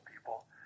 people